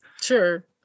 sure